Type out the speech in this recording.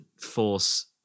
force